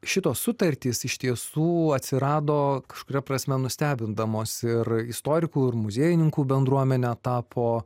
šitos sutartys iš tiesų atsirado kažkuria prasme nustebindamos ir istorikų ir muziejininkų bendruomenę tapo